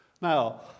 Now